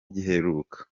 giheruka